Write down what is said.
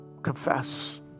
confess